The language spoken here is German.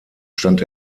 stand